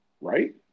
right